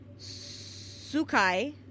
Sukai